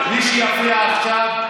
מי שיפריע עכשיו,